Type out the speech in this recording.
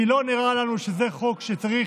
כי לא נראה לנו שזה חוק שצריך,